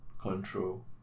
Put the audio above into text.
control